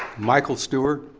michael stewart?